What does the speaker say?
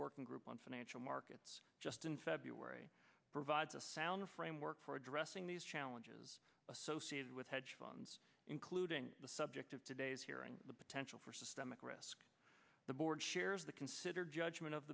working group on financial markets just in february provides a sound framework for addressing these challenges associated with hedge funds including the subject of today's hearing the potential for systemic risk the board shares the considered judgment of